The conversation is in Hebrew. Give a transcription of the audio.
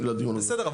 בסדר.